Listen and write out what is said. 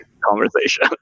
conversation